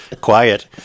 quiet